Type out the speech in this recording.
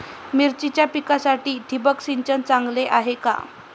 मिरचीच्या पिकासाठी ठिबक सिंचन चांगले आहे का?